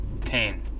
pain